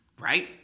Right